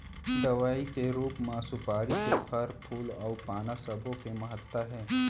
दवई के रूप म सुपारी के फर, फूल अउ पाना सब्बो के महत्ता हे